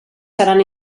seran